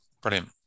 brilliant